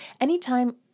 anytime